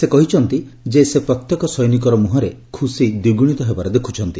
ସେ କହିଛନ୍ତି ଯେ ସେ ପ୍ରତ୍ୟେକ ସୈନିକର ମୁହଁରେ ଖୁସି ଦ୍ୱିଗୁଣିତ ହେବାର ଦେଖ୍ୱ ଚ୍ଚନ୍ତି